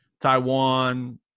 Taiwan